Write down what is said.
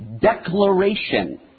declaration